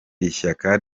ishyaka